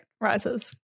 rises